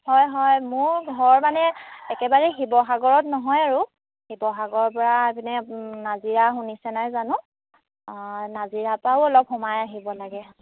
হয় হয় মোৰ ঘৰ মানে একেবাৰে শিৱসাগৰত নহয় আৰু শিৱসাগৰৰ পৰা এইপিনে নাজিৰা শুনিছে নাই জানো নাজিৰা পৰাও অলপ সোমাই আহিব লাগে